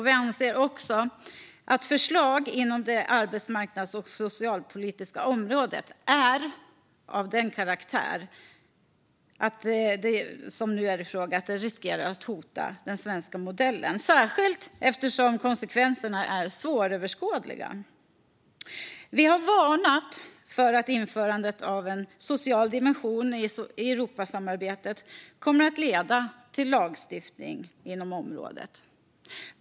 Vi anser också att förslagen inom det arbetsmarknads och socialpolitiska området är av karaktären att de riskerar att hota den svenska modellen, särskilt eftersom konsekvenserna är svåröverskådliga. Vi har varnat för att införandet av en social dimension i Europasamarbetet kommer att leda till lagstiftning inom området.